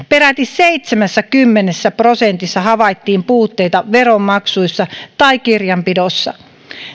peräti seitsemässäkymmenessä prosentissa havaittiin puutteita veronmaksussa tai kirjanpidossa